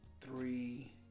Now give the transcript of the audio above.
three